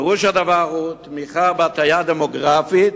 "פירוש הדבר הוא תמיכה בהטיה דמוגרפית